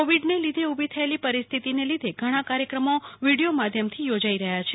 કોવિડનાં લીધે ઉભી થયેલી પરિસ્થિતીનાં લીધે ઘણા કાર્યક્રમો વિડિયો માધ્યમથી યોજાઈ રહ્યા છે